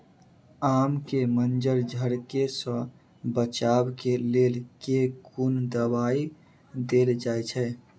आम केँ मंजर झरके सऽ बचाब केँ लेल केँ कुन दवाई देल जाएँ छैय?